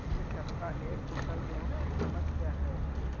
इस सप्ताह एक क्विंटल गेहूँ की कीमत क्या है?